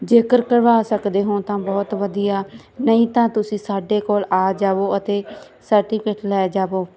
ਜੇਕਰ ਕਢਵਾ ਸਕਦੇ ਹੋ ਤਾਂ ਬਹੁਤ ਵਧੀਆ ਨਹੀਂ ਤਾਂ ਤੁਸੀਂ ਸਾਡੇ ਕੋਲ ਆ ਜਾਵੋ ਅਤੇ ਸਰਟੀਫੇਟ ਲੈ ਜਾਵੋ